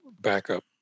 backup